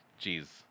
Jeez